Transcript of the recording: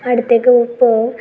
അടുത്തേക്ക് പോകും